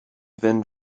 fynd